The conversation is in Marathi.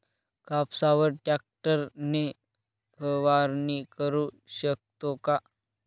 कापसावर ट्रॅक्टर ने फवारणी करु शकतो का?